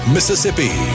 Mississippi